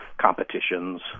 competitions